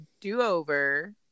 do-over